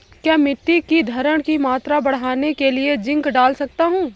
क्या मिट्टी की धरण की मात्रा बढ़ाने के लिए जिंक डाल सकता हूँ?